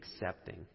accepting